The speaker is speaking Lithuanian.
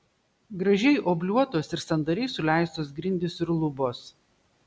gražiai obliuotos ir sandariai suleistos grindys ir lubos